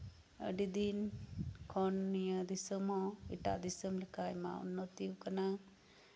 ᱟᱹᱰᱤ ᱫᱤᱱ ᱠᱷᱚᱡ ᱱᱚᱣᱟ ᱫᱤᱥᱚᱢ ᱦᱚᱸ ᱮᱴᱟᱜ ᱫᱤᱥᱚᱢ ᱞᱮᱠᱟ ᱟᱭᱢᱟ ᱩᱱᱱᱚᱛᱤᱣᱟᱠᱟᱱᱟ